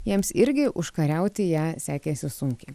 jiems irgi užkariauti ją sekėsi sunkiai